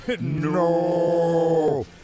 No